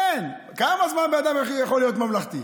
אין, כמה זמן בן אדם יכול להיות ממלכתי?